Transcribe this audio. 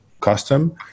custom